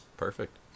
Perfect